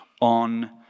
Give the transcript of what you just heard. on